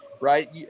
right